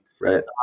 right